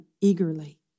eagerly